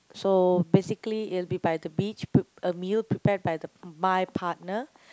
so basically it'll be by the beach p~ a meal prepared by the my partner